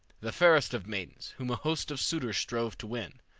the fairest of maidens, whom a host of suitors strove to win.